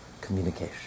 communication